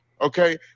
okay